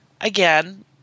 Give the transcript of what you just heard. again